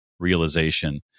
realization